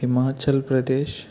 Himachal Pradesh